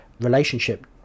relationship